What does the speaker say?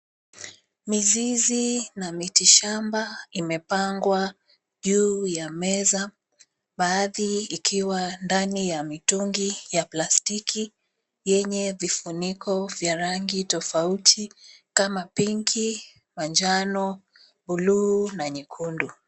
Mizizi na mitishamba imepangwa juu ya meza baadhi ikiwa ndani ya mitungi ya plastiki yenye vifuniko vya rangi tofauti kama pinki, manjano, bluu na nyekundu.